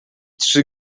trzy